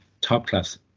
top-class